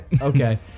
Okay